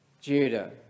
Judah